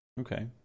Okay